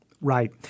Right